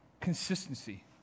Consistency